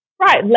Right